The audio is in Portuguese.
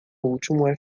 último